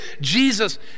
Jesus